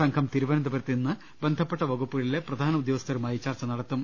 സംഘം തിരുവനന്തപുരത്ത് ഇന്ന് ബന്ധപ്പെട്ട വകുപ്പുകളിലെ പ്രധാന ഉദ്യോഗസ്ഥരുമായി ചർച്ച നടത്തും